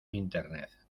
internet